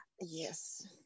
yes